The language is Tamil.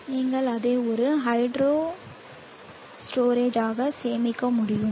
நீங்கள் அதை ஒரு ஹைட்ரோ ஸ்டோரேஜாக சேமிக்க முடியும்